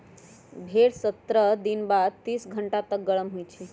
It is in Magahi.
भेड़ सत्रह दिन बाद तीस घंटा तक गरम होइ छइ